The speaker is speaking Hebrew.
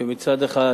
שמצד אחד